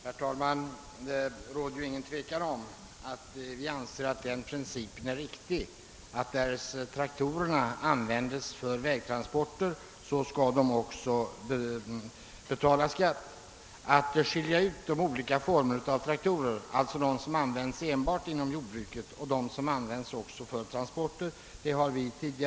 Herr talman! Det råder ingen tvekan om att den principen är riktig att därest traktorer används för vägtransporter skall det också betalas skatt för dem. Vi visade för vår del förra året att det finns möjligheter att särskilja de olika formerna av traktorer, alltså de som används enbart inom jordbruket och de som används också för vägtransporter.